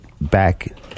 back